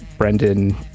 Brendan